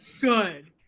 Good